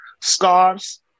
scarves